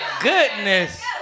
goodness